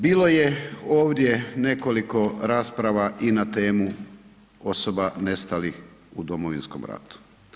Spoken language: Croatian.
Bilo je ovdje nekoliko rasprava i na temu osoba nestalih u Domovinskom ratu.